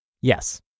Yes